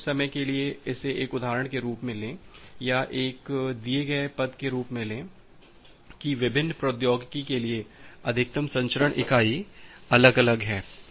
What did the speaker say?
लेकिन कुछ समय के लिए इसे एक उदाहरण के रूप में लें या एक दिए गए पद के रूप में लें कि विभिन्न प्रौद्योगिकी के लिए अधिकतम संचरण इकाई अलग अलग है